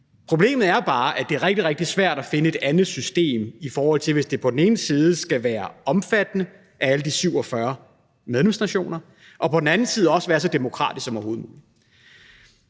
Problemet er jo bare, at det er rigtig, rigtig svært at finde et andet system, hvis det på den ene side skal være omfattende alle de 47 medlemsnationer og på den anden side også være så demokratisk som overhovedet muligt.